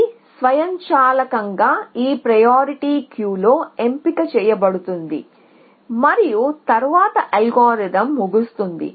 ఇది స్వయంచాలకంగా ఈ ప్రయారిటీ క్యూలో ఎంపిక చేయబడుతుంది మరియు తరువాత అల్గోరిథం ముగుస్తుంది